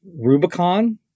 Rubicon